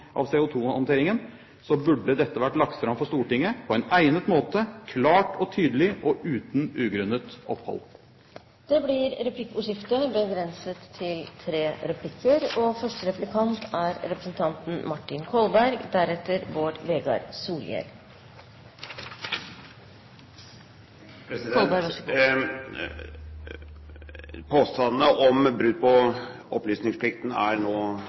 av CO2-håndteringen, burde dette vært lagt fram for Stortinget på egnet måte, klart og tydelig og uten ugrunnet opphold. Det blir replikkordskifte. Påstandene om brudd på opplysningsplikten er nå tydelig tilbakevist av regjeringens talsmenn og